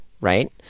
right